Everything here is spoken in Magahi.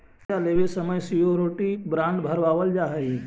कर्जा लेवे समय श्योरिटी बॉण्ड भरवावल जा हई